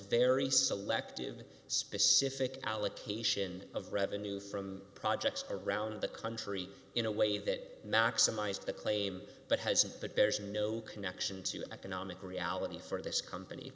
very selective specific allocation of revenue from projects around the country in a way that maximized the claim but hasn't but there's no connection to the economic reality for this